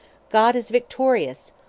god is victorious.